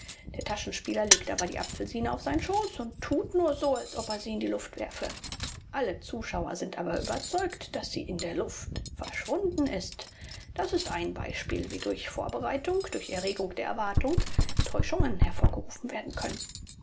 der taschenspieler legt aber die apfelsine auf seinen schoß und tut nur so als ob er sie in die luft werfe alle zuschauer sind aber überzeugt daß sie in der luft verschwunden ist das ist ein beispiel wie durch die vorbereitung durch erregung der erwartung täuschungen hervorgerufen werden können